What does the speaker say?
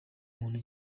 muntu